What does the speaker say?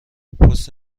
پست